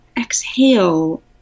exhale